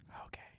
Okay